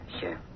sure